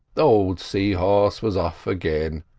the old sea-horse was off again,